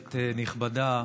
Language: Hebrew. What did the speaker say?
כנסת נכבדה,